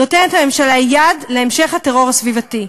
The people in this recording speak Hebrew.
הממשלה נותנת יד להמשך הטרור הסביבתי,